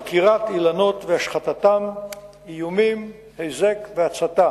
עקירת אילנות והשחתתם, איומים, היזק והצתה.